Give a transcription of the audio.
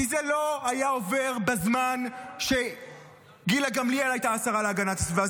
כי זה לא היה עובר בזמן שגילה גמליאל הייתה השרה להגנת הסביבה.